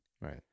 Right